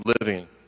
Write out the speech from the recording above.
living